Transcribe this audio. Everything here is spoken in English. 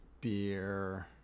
beer